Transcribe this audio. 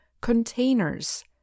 containers